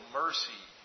mercy